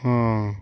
ও